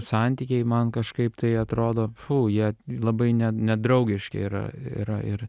santykiai man kažkaip tai atrodo fu jie labai ne nedraugiški yr yra ir